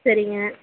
சரிங்க